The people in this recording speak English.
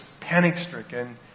panic-stricken